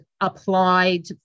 applied